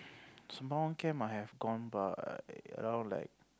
Sembawang camp I have gone but around like